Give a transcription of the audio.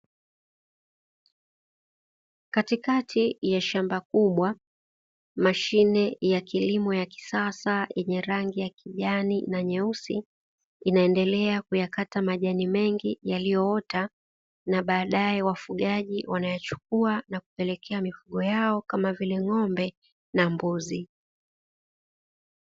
Katikati ya shamba kubwa mashine yenye rangi nyekundu ya kisasa inaendelea kuyakata majani mengi yaliyoota, na wafugaji wanayachukua na kupelekea mifugo yao kama vile ng’ombe au mbuzi.